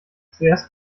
zuerst